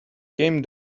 came